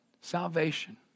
salvation